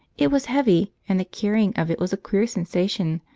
it was heavy, and the carrying of it was a queer sensation,